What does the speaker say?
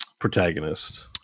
protagonist